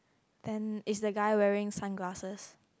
then is the guy wearing sunglasses